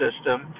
system